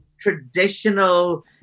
traditional